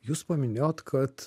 jūs paminėjot kad